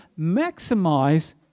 maximize